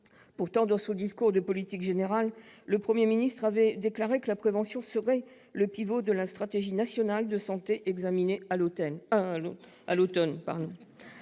Pourtant, dans son discours de politique générale, le Premier ministre avait déclaré que la prévention serait le pivot de la stratégie nationale de santé devant être examinée à l'automne.